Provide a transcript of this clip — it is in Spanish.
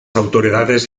autoridades